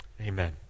Amen